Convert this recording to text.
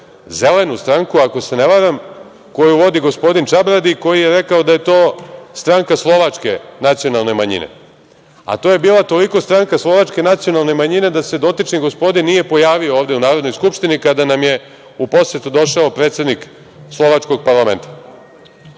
Zelenu stranku, ako se ne varam, koju vodi gospodin Čabradi i koji je rekao da je to stranka slovačke nacionalne manjine, a to je bila toliko stranka slovačke nacionalne manjine da se dotični gospodin nije pojavio ovde u Narodnoj skupštini kada nam je u posetu došao predsednik slovačkog parlamenta. Da